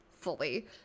Fully